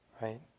right